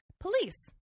Police